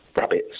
rabbits